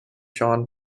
john